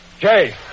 Jay